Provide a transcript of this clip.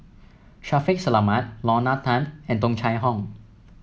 Shaffiq Selamat Lorna Tan and Tung Chye Hong